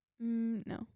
No